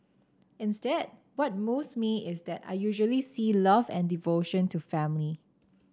instead what moves me is that I usually see love and devotion to family